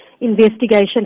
investigation